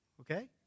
Okay